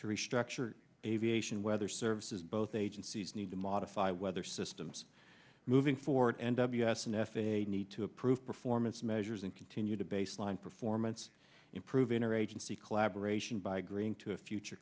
to restructure aviation weather services both agencies need to modify weather systems moving forward n w s an f a a need to approve performance measures and continue to baseline performance improving or agency collaboration by agreeing to a future